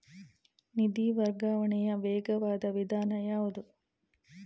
ನಿಧಿ ವರ್ಗಾವಣೆಯ ವೇಗವಾದ ವಿಧಾನ ಯಾವುದು?